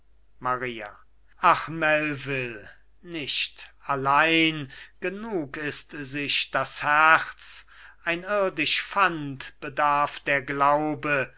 maria ach melvil nicht allein genug ist sich das herz ein irdisch pfand bedarf der glaube